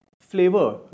flavor